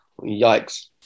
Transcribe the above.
Yikes